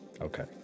Okay